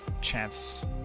Chance